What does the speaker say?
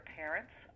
parents